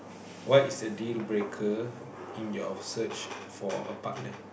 what is the dealbreaker in your search for a partner